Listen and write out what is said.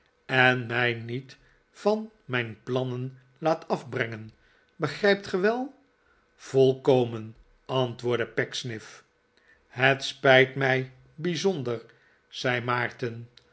en mij niet van mijn plannen laat af brengen begrijpt ge wel volkomen antwoordde pecksniff het spijt mij bijzonder zei maarten